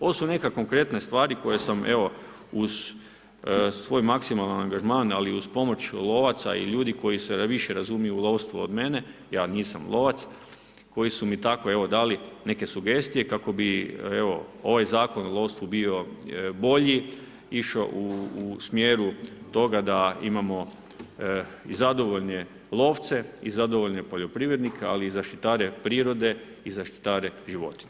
Ovo su neke konkretne stvari koje smo evo, uz svoj maksimalni angažman, ali i uz pomoć lovaca i ljudi koji se više razumiju u lovstvo od mene, ja nisam lovac, koji su mi tako evo dali, neke sugestije, kako bi ovaj zakon, u lovstvu bio bolji, išao u smjeru toga da imamo zadovoljne lovce i zadovoljne poljoprivrednike ali i zaštitare prirode i zaštitare životinja.